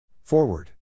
Forward